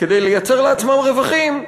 כדי לייצר לעצמם רווחים,